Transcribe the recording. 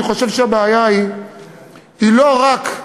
אני חושב שהבעיה היא לא רק,